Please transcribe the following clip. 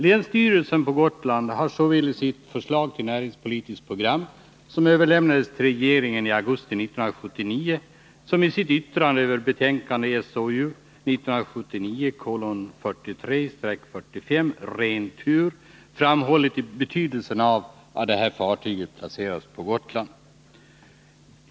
Länsstyrelsen på Gotland har såväl i sitt förslag till näringspolitiskt 55 program, som överlämnades till regeringen i augusti 1979, som i sitt yttrande över betänkande SOU 1979:43-45 Ren Tur framhållit betydelsen av att detta fartyg placeras på Gotland.